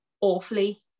awfully